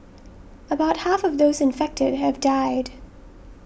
about half of those infected have died